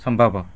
ସମ୍ଭବ